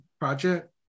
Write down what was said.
project